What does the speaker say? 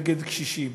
נגד קשישים.